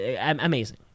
amazing